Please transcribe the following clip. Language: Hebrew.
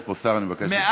יש פה שר, אני מבקש לסיים.